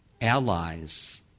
allies